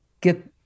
get